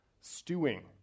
stewing